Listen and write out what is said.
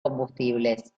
combustibles